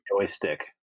joystick